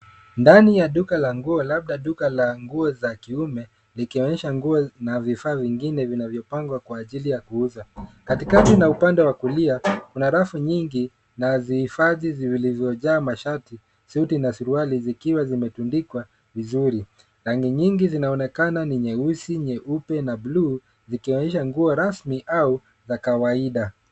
Ndani ya duka la nguo labda duka la nguo za kiume likionyesha nguo na vifaa vingine vinavyopangwa kwa ajili ya kuuza. Katikakati na upande wa kulia kuna rafu nyingi na zihifadhi zilizojaa mashati suti na suruali zikiwa zimetundikwa vizuri. Rangi nyingi zinaonekana nyeusi, nyeupe na buluu zikionyesha nguo rasmi au za kawaida.